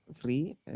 free